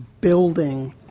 building